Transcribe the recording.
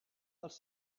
dels